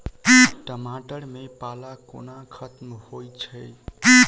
टमाटर मे पाला कोना खत्म होइ छै?